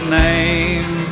name